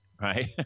right